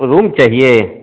room चाहिए